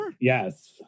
yes